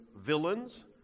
villains